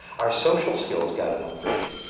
our social skills got an upgrade,